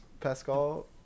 Pascal